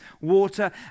water